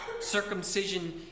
circumcision